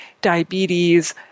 diabetes